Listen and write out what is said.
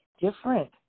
different